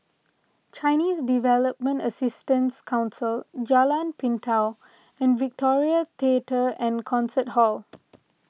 Chinese Development Assistance Council Jalan Pintau and Victoria theatre and Concert Hall